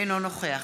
אינו נוכח